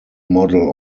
model